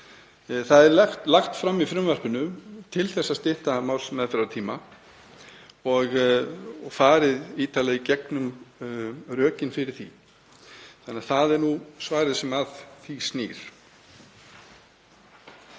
Það er lagt til í frumvarpinu að stytta málsmeðferðartíma og farið ítarlega í gegnum rökin fyrir því þannig að það er nú svarið sem að því snýr.